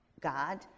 God